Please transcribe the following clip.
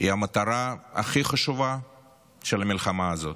הוא המטרה הכי חשובה של המלחמה הזאת.